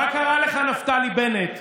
מה קרה לך, נפתלי בנט?